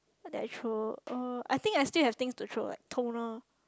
I think I throw uh I think I still have things to throw like toner